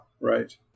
Right